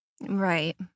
right